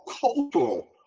cultural